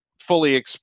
fully